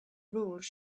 rules